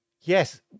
Yes